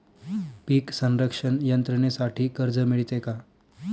पीक संरक्षण यंत्रणेसाठी कर्ज मिळते का?